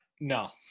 No